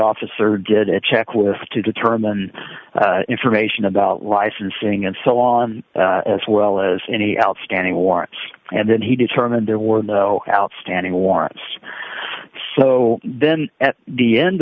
officer did it check with to determine information about licensing and so on as well as any outstanding warrant and then he determined there were no outstanding warrants so then at the end